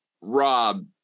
rob